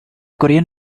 korean